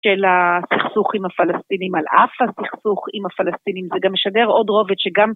של הסכסוך עם הפלסטינים, על אף הסכסוך עם הפלסטינים. זה גם משדר עוד רובד שגם...